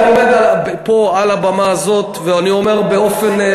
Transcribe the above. אני עומד פה על הבמה הזאת ואני מייצג